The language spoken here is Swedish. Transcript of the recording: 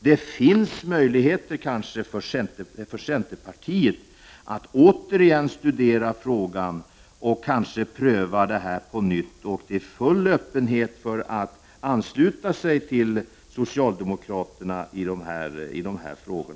Det finns kanske möjligheter för centerpartiet att återigen studera frågan och kanske pröva den på nytt. Det råder full öppenhet för att ansluta sig till socialdemokraterna när det gäller dessa frågor.